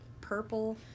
purple